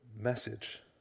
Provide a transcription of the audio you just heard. message